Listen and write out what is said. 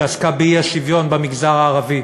שעסקה באי-שוויון במגזר הערבי.